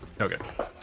Okay